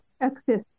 access